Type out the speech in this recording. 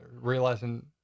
realizing